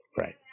Right